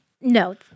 no